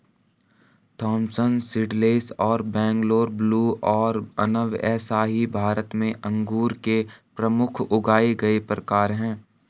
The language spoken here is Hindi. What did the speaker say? थॉमसन सीडलेस और बैंगलोर ब्लू और अनब ए शाही भारत में अंगूर के प्रमुख उगाए गए प्रकार हैं